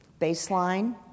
Baseline